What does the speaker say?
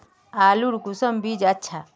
आलूर कुंसम बीज अच्छा?